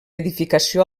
edificació